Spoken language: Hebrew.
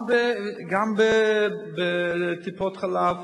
גם בטיפות-חלב,